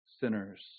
sinners